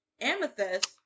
Amethyst